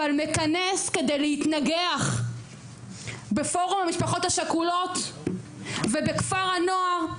אבל מכנס כדי להתנגח בפורום המשפחות השכולות ובכפר הנוער,